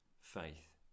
faith